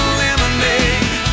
lemonade